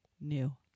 new